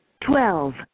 Twelve